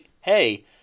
hey